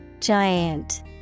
Giant